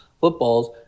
footballs